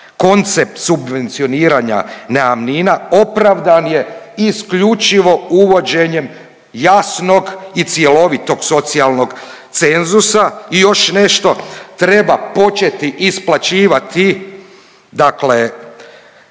Koncept subvencioniranja najamnina opravdan je isključivo uvođenjem jasnog i cjelovitog socijalnog cenzusa i još nešto treba početi isplaćivati dakle